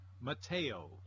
Mateo